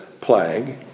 plague